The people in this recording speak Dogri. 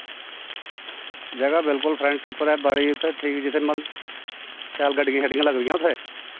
जगह बिल्कुल फ्रंट उप्पर बड़ी उत्थें ठीक शैौल गड्डियां लगदियां उत्थें